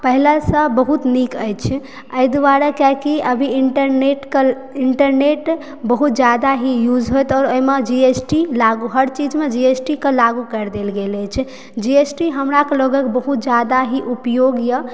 पहिलेसँ बहुत नीक अछि एहि दुआरे कियाकि अभी इन्टरनेट इन्टरनेट बहुत जादा ही युज होइत अछि ओहिमे जीएसटी लागू हर चीजमे जीएसटीके लागू कर देल गेल अछि जीएसटी हमरा लोगक बहुत जादा ही उपयोग यऽ